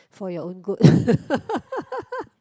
for your own good